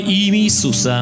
Jesus